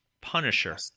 Punisher